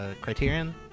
Criterion